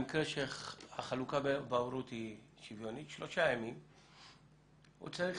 במקרה שהחלוקה בהורות היא שוויונית, הוא צריך